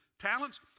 talents